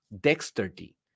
dexterity